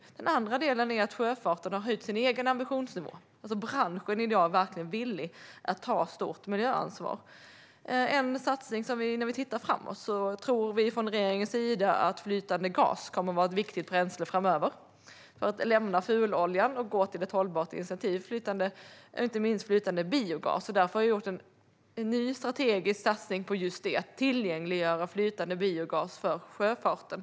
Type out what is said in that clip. Den andra delen är att sjöfarten har höjt sin egen ambitionsnivå. Branschen i dag är verkligen villig att ta stort miljöansvar. Vi tror från regeringens sida att flytande gas kommer att vara ett viktigt bränsle framöver för att lämna fuloljan och gå över till ett hållbart alternativ. Det gäller inte minst flytande biogas. Därför har jag gjort en ny strategisk satsning just på att tillgängliggöra flytande biogas för sjöfarten.